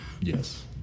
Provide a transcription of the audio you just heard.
Yes